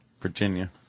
Virginia